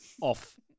off